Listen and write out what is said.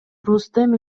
рустем